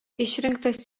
išrinktas